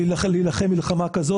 להילחם מלחמה כזו,